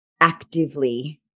actively